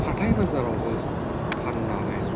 हाथाय बाजारावबो फान्नानै